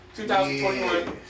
2021